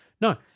No